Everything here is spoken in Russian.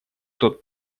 тот